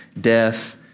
death